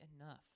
enough